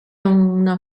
una